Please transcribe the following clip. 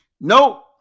Nope